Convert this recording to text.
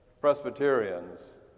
Presbyterians